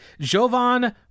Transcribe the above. Jovan